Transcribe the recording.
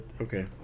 Okay